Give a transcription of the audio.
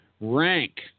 Rank